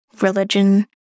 religion